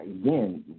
again